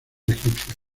egipcios